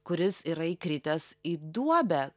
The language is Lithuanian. kuris yra įkritęs į duobę